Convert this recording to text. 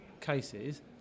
cases